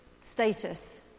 status